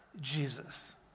Jesus